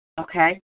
Okay